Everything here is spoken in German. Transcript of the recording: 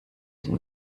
den